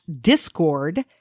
Discord